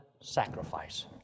sacrifice